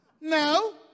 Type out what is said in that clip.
No